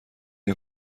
این